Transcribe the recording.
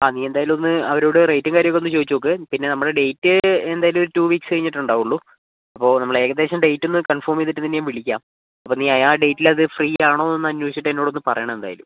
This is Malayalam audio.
ആ നീ എന്തായാലും ഒന്ന് അവരോട് റേറ്റും കാര്യങ്ങളും ഒന്ന് ചോദിച്ച് നോക്ക് പിന്നെ നമ്മളുടെ ഡേറ്റ് എന്തായാലും ഒരു ടൂ വീക്സ് കഴിഞ്ഞിട്ട് ഉണ്ടാവുള്ളൂ അപ്പോൾ നമ്മൾ ഏകദേശം ഡേറ്റ് ഒന്ന് കൺഫേം ചെയ്തിട്ട് നിന്നെ ഞാൻ വിളിക്കാം അപ്പം നീ ആ ഡേറ്റിൽ അത് ഫ്രീ ആണോന്ന് ഒന്ന് അന്വേഷിച്ചിട്ട് എന്നോട് ഒന്ന് പറയണം എന്തായാലും